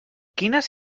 quines